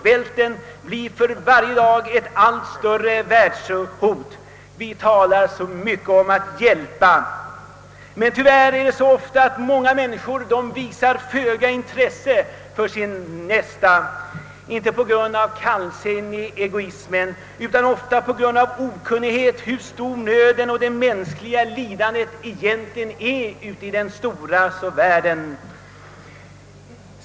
Vi talar så mycket om att hjälpa, men tyvärr är det ofta så att många människor visar föga intresse för sin nästa — inte på grund av kallsinnig egoism utan ofta på grund av okunnighet om hur stor nöden och det mänskliga lidandet egentligen är ute i den stora världen.